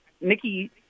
Nikki